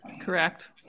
correct